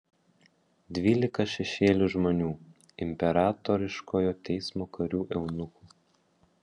dvylika šešėlių žmonių imperatoriškojo teismo karių eunuchų